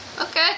Okay